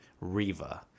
Riva